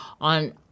on